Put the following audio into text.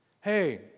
Hey